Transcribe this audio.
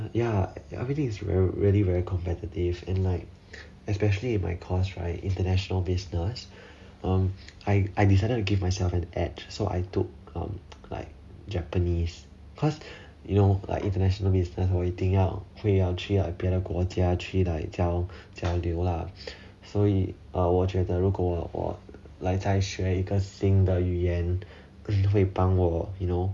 ya everything is very really very competitive and like especially in my course right international business um I I decided to give myself an edge so I took um like japanese cause you know like international business 我一定要飞去别的国家去 like 交交流 lah 所以我觉得如果我来在学一个新的语言会帮我 you know